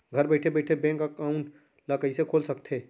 घर बइठे बइठे बैंक एकाउंट ल कइसे खोल सकथे?